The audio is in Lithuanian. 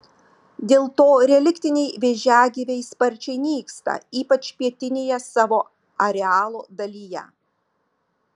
dėl to reliktiniai vėžiagyviai sparčiai nyksta ypač pietinėje savo arealo dalyje